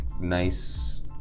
nice